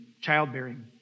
childbearing